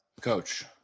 Coach